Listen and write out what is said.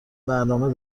برنامه